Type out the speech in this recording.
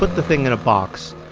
but the thing in a box,